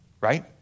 right